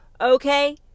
Okay